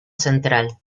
central